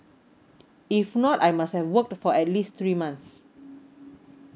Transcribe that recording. if not I must have worked for at least three months